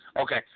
Okay